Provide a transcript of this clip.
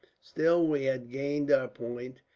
still, we had gained our point,